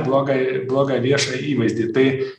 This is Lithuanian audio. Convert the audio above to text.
blogą blogą viešą įvaizdį tai